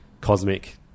cosmic